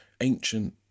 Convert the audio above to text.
ancient